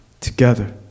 together